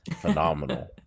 phenomenal